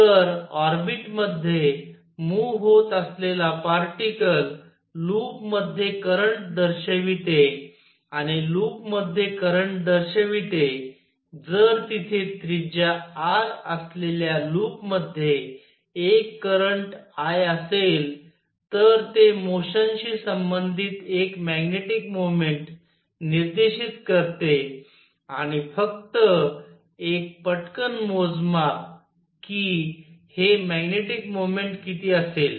तर ऑर्बिट मध्ये मुव्ह होत असलेला पार्टीकल लूपमध्ये करंट दर्शविते आणि लूपमध्ये करंट दर्शविते जर तिथे त्रिज्या R असलेल्या लूपमध्ये एक करंट I असेल तर ते मोशन शी संबंधित एक मॅग्नेटिक मोमेन्ट निर्देशित करते आणि फक्त एक पटकन मोजमाप कि हे मॅग्नेटिक मोमेन्ट किती असेल